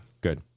Good